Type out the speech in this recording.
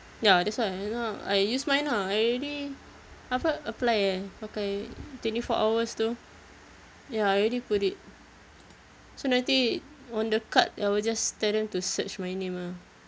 ya that's why now I use mine ah I already apa apply eh pakai twenty four hours tu ya I already put it so nanti on the card ya I will just tell them to search my name ah